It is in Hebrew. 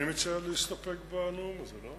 אני מציע להסתפק בנאום הזה.